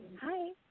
Hi